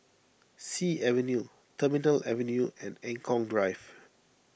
Sea Avenue Terminal Avenue and Eng Kong Drive